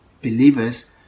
believers